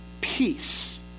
peace